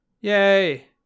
Yay